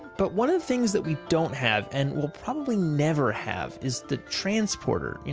but one of the things that we don't have and will probably never have is the transporter.